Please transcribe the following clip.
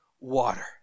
water